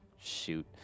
shoot